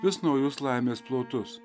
vis naujus laimės plotus